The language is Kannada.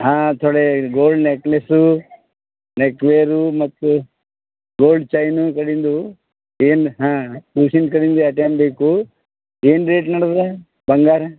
ಹಾಂ ಥೊಡೇ ಇದು ಗೋಲ್ಡ್ ನೆಕ್ಲೇಸೂ ನೆಕ್ ವೇರೂ ಮತ್ತು ಗೋಲ್ಡ್ ಚೈನುಗಳಿಂದು ಏನು ಹಾಂ ಮೆಷಿನ್ ಕಟ್ಟಿಂಗ್ ಅದೇನು ಬೇಕು ಏನು ರೇಟ್ ನಡ್ದದೆ ಬಂಗಾರ